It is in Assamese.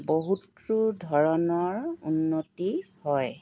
বহুতো ধৰণৰ উন্নতি হয়